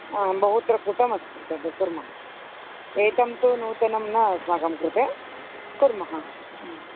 आं बहुत्र कृतम् अस्ति तद् कुर्मः एतं तु नूतनं न अस्माकं कृते कुर्मः